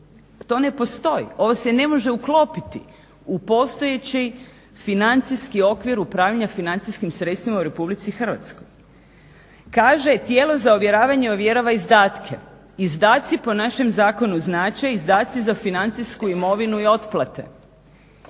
To ne postoji. Ovo se ne može uklopiti u postojeći financijski okvir upravljanjem financijskim sredstvima u RH. Kaže "tijelo za uvjeravanje ovjerava izdatke", izdaci po našem zakonu znače izdaci za financijsku imovinu i otplate,